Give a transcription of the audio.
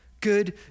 good